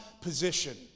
position